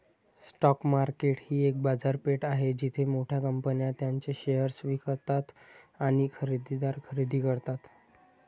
stock market ही एक बाजारपेठ आहे जिथे मोठ्या कंपन्या त्यांचे शेअर्स विकतात आणि खरेदीदार खरेदी करतात